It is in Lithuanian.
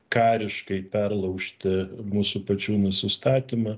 kariškai perlaužti mūsų pečių nusistatymą